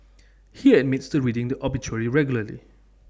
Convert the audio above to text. he admits to reading the obituary regularly